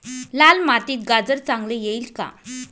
लाल मातीत गाजर चांगले येईल का?